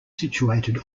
situated